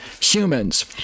humans